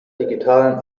digitalen